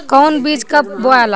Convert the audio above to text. कौन बीज कब बोआला?